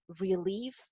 relief